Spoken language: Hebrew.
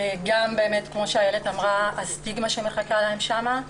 כמו שאיילת אמרה, הסטיגמה מחכה להן שם.